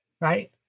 right